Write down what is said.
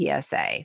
PSA